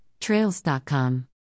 Trails.com